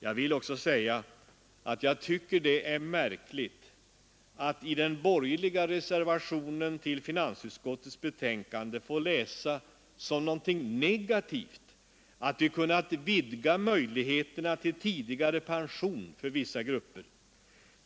Jag vill också säga att jag tycker det är märkligt att i den borgerliga reservationen till finansutskottets betänkande få läsa som någonting negativt att vi kunnat vidga möjligheterna till tidigare pension för vissa grupper.